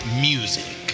Music